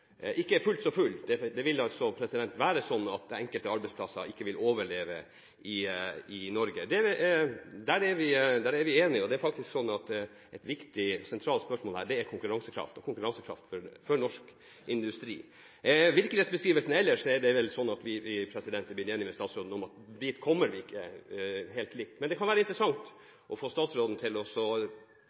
ikke er fullt så full. Enkelte arbeidsplasser i Norge vil ikke overleve. Der er vi enige. Et viktig, sentralt spørsmål her er konkurransekraft hos norsk industri. Når det gjelder virkelighetsbeskrivelsen ellers, har vi blitt enige med statsråden om at den framkommer ikke helt likt. Men det kan være interessant å få statsråden til